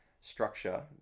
structure